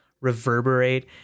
reverberate